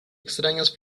extrañas